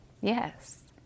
yes